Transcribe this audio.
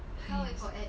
!hais!